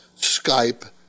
Skype